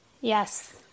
Yes